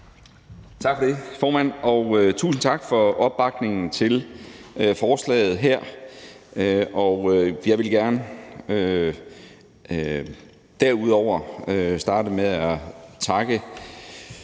Tak for det, formand, og tusind tak for opbakningen til forslaget her. Jeg vil gerne derudover starte med at takke